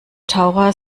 taucher